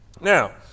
Now